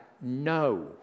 no